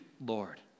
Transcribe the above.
Lord